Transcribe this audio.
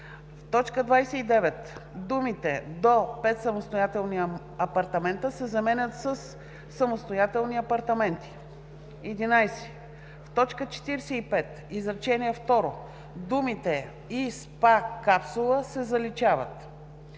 В т. 29 думите „до 5 самостоятелни апартамента“ се заменят със „самостоятелни апартаменти“. 11. В т. 45, изречение второ думите „и спа капсула“ се заличават.